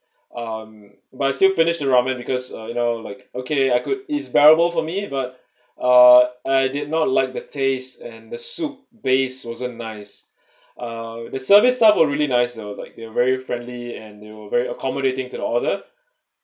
um but I still finish the ramen because uh you know like okay I could it's bearable for me but uh I did not like the taste and the soup base wasn't nice uh the service staff were really nice you know like they were very friendly and they were very accommodating to the order